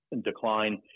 decline